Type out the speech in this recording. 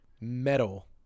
metal